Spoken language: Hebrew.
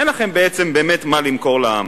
אין לכם בעצם באמת מה למכור לעם.